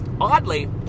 oddly